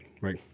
right